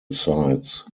sites